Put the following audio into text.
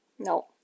No